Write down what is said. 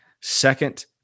second